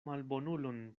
malbonulon